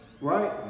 right